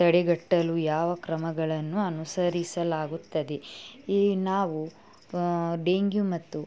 ತಡೆಗಟ್ಟಲು ಯಾವ ಕ್ರಮಗಳನ್ನು ಅನುಸರಿಸಲಾಗುತ್ತದೆ ಈ ನಾವು ಡೇಂಗ್ಯು ಮತ್ತು